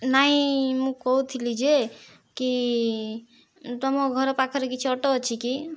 ନାଇଁ ମୁଁ କହୁଥିଲି ଯେ କି ତମ ଘର ପାଖରେ କିଛି ଅଟୋ ଅଛି କି